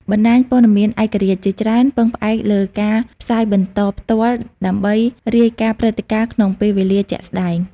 បណ្តាញព័ត៌មានឯករាជ្យជាច្រើនពឹងផ្អែកលើការផ្សាយបន្តផ្ទាល់ដើម្បីរាយការណ៍ព្រឹត្តិការណ៍ក្នុងពេលវេលាជាក់ស្តែង។